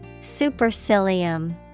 Supercilium